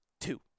Two